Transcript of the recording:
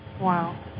Wow